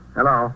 Hello